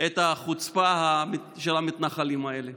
את החוצפה של המתנחלים האלה.